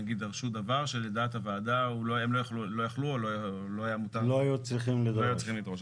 נגיד דרשו דבר שלדעת הוועדה הם לא יכלו או לא היו צריכים לדרוש.